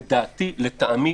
לטעמי,